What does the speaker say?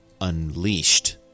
unleashed